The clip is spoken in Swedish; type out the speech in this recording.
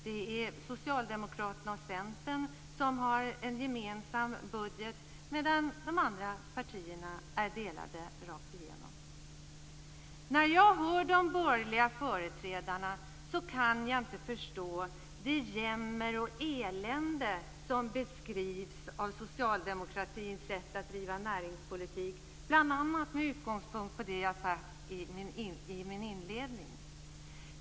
Det är Socialdemokraterna och Centern som har en gemensam budget medan de andra partierna är delade rakt igenom. När jag hör de borgerliga företrädarna kan jag inte förstå det jämmer och elände som beskrivs när det gäller socialdemokraternas sätt att driva näringspolitik, bl.a. med utgångspunkt från det jag nämnt i min inledning.